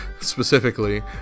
specifically